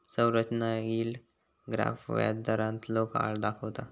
संरचना yield graph व्याजदारांतलो काळ दाखवता